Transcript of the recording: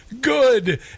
good